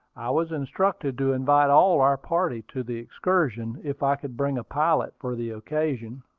i was instructed to invite all our party to the excursion, if i could bring a pilot for the occasion.